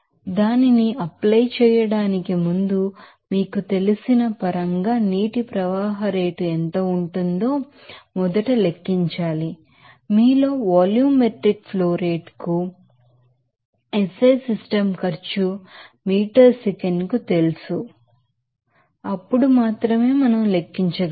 కాబట్టి దానిని అప్లై చేయడానికి ముందు మీకు తెలిసిన పరంగా వాటర్ ఫ్లో రేట్ ఎంత ఉంటుందో మీరు మొదట లెక్కించాలి మీలో వాల్యూమెట్రిక్ ఫ్లో రేటు కు ఎస్ ఐ సిస్టమ్ ఖర్చు మీటర్ సెకనుకు తెలుసు అప్పుడు మాత్రమే మనం లెక్కించగలం